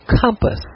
compass